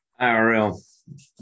IRL